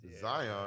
Zion